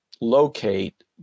locate